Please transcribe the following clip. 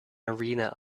arena